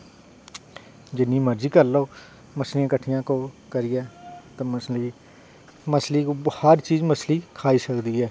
जिन्नी मरज़ी करी लैओ मछलियां किट्ठियां करियै ते मछली मछली हर चीज़ मछली खाई सकदी ऐ